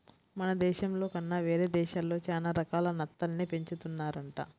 మన దేశంలో కన్నా వేరే దేశాల్లో చానా రకాల నత్తల్ని పెంచుతున్నారంట